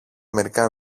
μερικά